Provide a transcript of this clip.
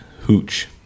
hooch